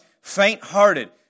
faint-hearted